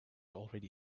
already